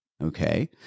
Okay